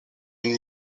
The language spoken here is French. une